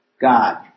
God